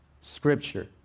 scripture